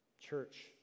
church